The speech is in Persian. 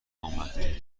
نامحدوده